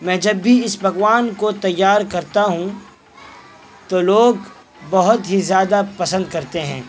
میں جب بھی اس پکوان کو تیار کرتا ہوں تو لوگ بہت ہی زیادہ پسند کرتے ہیں